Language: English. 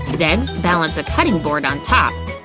then balance a cutting board on top